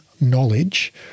knowledge